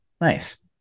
Nice